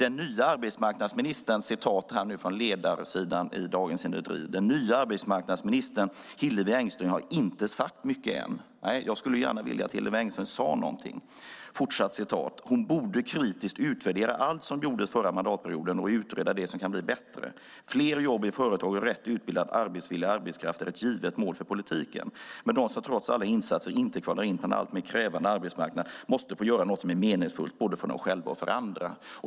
Jag citerar vidare från ledarsidan i Dagens Industri: "Den nya arbetsmarknadsministern, Hillevi Engström, har inte sagt mycket än." Nej, jag skulle gärna vilja att Hillevi Engström sade någonting. "Hon borde kritiskt utvärdera allt som gjordes förra mandatperioden och låta utreda det som kan bli bättre. Fler jobb i företag och rätt utbildad arbetsvillig arbetskraft är ett givet mål för politiken. Men de som trots alla insatser inte kvalar in på en alltmer krävande arbetsmarknad måste också få göra något som är meningsfullt både för dem själva och för andra."